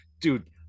dude